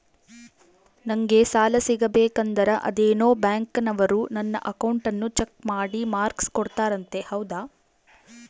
ನಂಗೆ ಸಾಲ ಸಿಗಬೇಕಂದರ ಅದೇನೋ ಬ್ಯಾಂಕನವರು ನನ್ನ ಅಕೌಂಟನ್ನ ಚೆಕ್ ಮಾಡಿ ಮಾರ್ಕ್ಸ್ ಕೋಡ್ತಾರಂತೆ ಹೌದಾ?